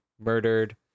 murdered